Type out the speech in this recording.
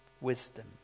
Wisdom